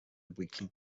weekly